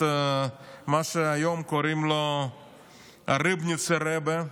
את מי שהיום קוראים לו הריבניצער רבי.